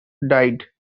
died